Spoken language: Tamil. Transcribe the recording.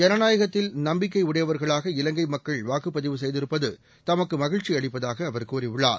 ஜனநாயகத்தில் நம்பிக்கையுடையவர்களாக இலங்கைமக்கள் வாக்குப் பதிவு செய்திருப்பதுதமக்குமகிழ்ச்சியளிப்பதாகஅவர் கூறியுள்ளார்